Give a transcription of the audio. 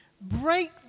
break